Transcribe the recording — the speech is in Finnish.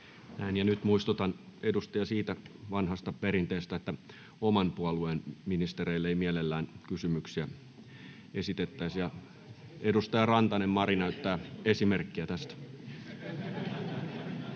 nyt muistutan edustajia siitä vanhasta perinteestä, että oman puolueen ministereille ei mielellään kysymyksiä esitettäisi. — Edustaja Rantanen, Mari näyttää esimerkkiä tästä.